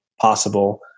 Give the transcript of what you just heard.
possible